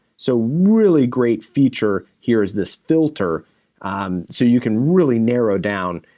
so really great feature here is this filter um so you can really narrow down,